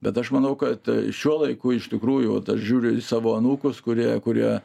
bet aš manau kad šiuo laiku iš tikrųjų aš žiūriu į savo anūkus kurie kurie